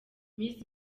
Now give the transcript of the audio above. miss